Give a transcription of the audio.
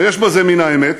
ויש בזה מן האמת.